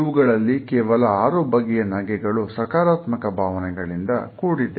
ಇವುಗಳಲ್ಲಿ ಕೇವಲ ಆರು ಬಗೆಯ ನಗುಗಳು ಸಕಾರಾತ್ಮಕ ಭಾವನೆಗಳಿಂದ ಕೂಡಿದೆ